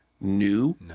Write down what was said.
new